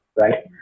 right